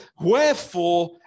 Wherefore